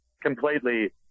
completely